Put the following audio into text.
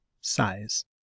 size